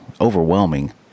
overwhelming